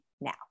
now